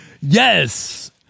yes